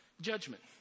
Judgment